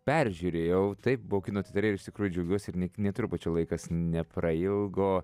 peržiūrėjau taip buvau kino teatre ir iš tikrųjų džiaugiuosi ir nė nė trupučio laikas neprailgo